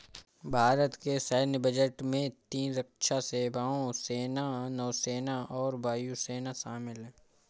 भारत के सैन्य बजट में तीन रक्षा सेवाओं, सेना, नौसेना और वायु सेना शामिल है